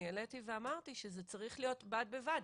אני אמרתי שזה צריך להיות בד בבד.